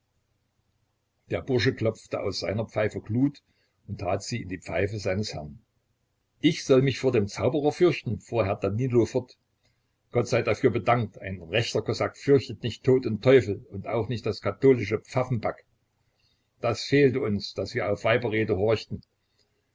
der bursche klopfte aus seiner pfeife glut und tat sie in die pfeife seines herrn ich soll mich vor dem zauberer fürchten fuhr herr danilo fort gott sei dafür bedankt ein rechter kosak fürchtet nicht tod und teufel und auch nicht das katholische pfaffenpack das fehlte uns daß wir auf weiberrede horchten